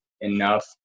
enough